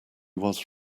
was